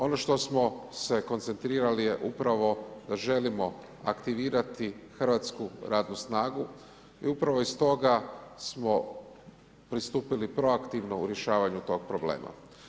Ono što smo se koncentrirali je upravo želimo aktivirati hrvatsku radnu snagu i upravo iz toga smo pristupili pro aktivno u rješavanju tog problema.